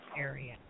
area